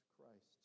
Christ